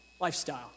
lifestyle